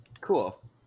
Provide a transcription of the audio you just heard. Cool